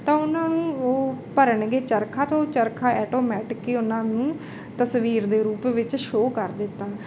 ਤਾਂ ਉਹਨਾਂ ਨੂੰ ਉਹ ਭਰਨਗੇ ਚਰਖਾ ਤੋਂ ਚਰਖਾ ਆਟੋਮੈਟਿਕ ਹੀ ਉਹਨਾਂ ਨੂੰ ਤਸਵੀਰ ਦੇ ਰੂਪ ਵਿੱਚ ਸ਼ੋਅ ਕਰ ਦਿੱਤਾ